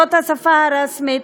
גם זאת שפה רשמית